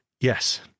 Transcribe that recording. Yes